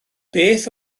beth